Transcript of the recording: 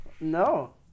No